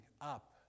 up